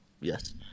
Yes